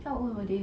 how old were they